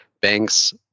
banks